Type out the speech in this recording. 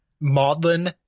maudlin